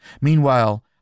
Meanwhile